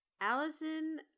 Allison